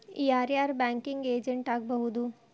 ಯಾರ್ ಯಾರ್ banking agent ಆಗ್ಬಹುದು?